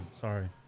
Sorry